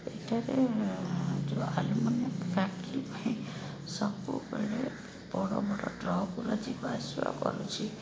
ଏଇଟାରେ ଯେଉଁ aluminium factory ପାଇଁ ସବୁବେଳେ ବଡ଼ ବଡ଼ ଟ୍ରକଗୁଡ଼ା ଯିବା ଆସିବା କରୁଛି